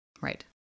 Right